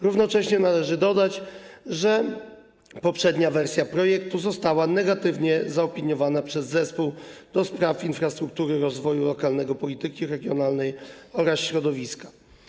Równocześnie należy dodać, że poprzednia wersja projektu została negatywnie zaopiniowana przez Zespół do Spraw Infrastruktury, Rozwoju Lokalnego, Polityki Regionalnej oraz Środowiska.